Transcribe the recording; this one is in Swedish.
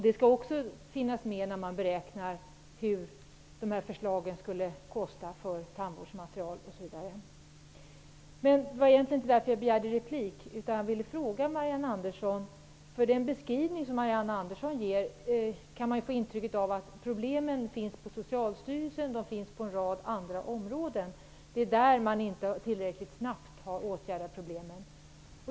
Det skall också finnas med när man beräknar vilka kostnader för tandvårdsmaterial dessa förslag skulle innebära. Det var egentligen inte därför jag begärde replik, utan jag vill fråga Marianne Andersson en sak. Av den beskrivning som Marianne Andersson ger kan man få intrycket att problemen finns på bl.a. Socialstyrelsen. Det är där de inte har åtgärdat problemen tillräckligt snabbt.